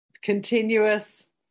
Continuous